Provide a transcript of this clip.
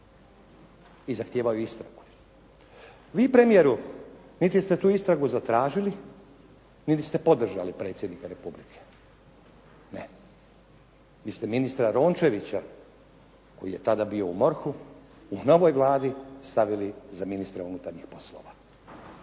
i zahtijevao istragu. Vi premijetu niti ste tu istragu zatražili, niti ste podržali predsjednika Republike. Ne. Vi ste ministra Rončevića koji je tada bio u MORH-u u novoj Vladi stavili za ministra unutarnjih poslova.